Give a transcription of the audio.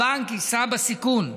הבנק יישא בסיכון,